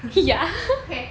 okay ya